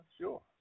Sure